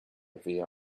via